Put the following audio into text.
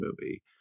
movie